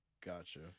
Gotcha